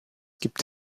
gibt